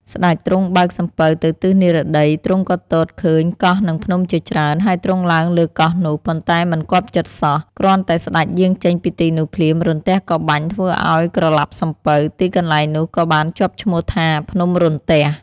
ស្ដេចទ្រង់បើកសំពៅទៅទិសនិរតី ទ្រង់ក៏ទតឃើញកោះនិងភ្នំជាច្រើន ហើយទ្រង់ឡើងលើកោះនោះ ប៉ុន្តែមិនគាប់ចិត្តសោះ គ្រាន់តែស្តេចយាងចេញពីទីនោះភ្លាមរន្ទះក៏បាញ់ធ្វើឲ្យក្រឡាប់សំពៅ ទីកន្លែងនោះក៏បានជាប់ឈ្មោះថា ភ្នំរន្ទះ។